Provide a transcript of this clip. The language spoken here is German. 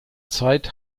zeit